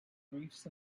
briefs